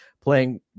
playing